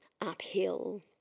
uphill